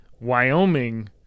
Wyoming